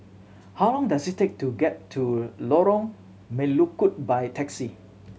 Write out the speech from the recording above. how long does it take to get to Lorong Melukut by taxi